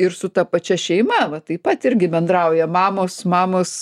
ir su ta pačia šeima va taip pat irgi bendrauja mamos mamos